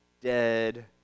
dead